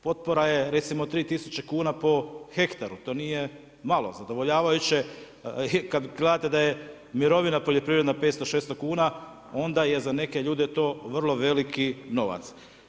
Potpora je recimo 3.000 kuna po hektaru, to nije malo, zadovoljavajuće je kad gledate da je mirovina poljoprivredna 500, 600 kuna, onda je za neke ljude to vrlo veliki novac.